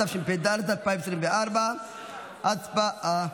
התשפ"ד 2024. הצבעה.